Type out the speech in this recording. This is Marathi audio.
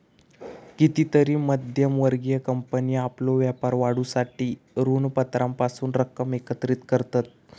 कितीतरी मध्यम वर्गीय कंपनी आपलो व्यापार वाढवूसाठी ऋणपत्रांपासून रक्कम एकत्रित करतत